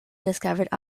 discovered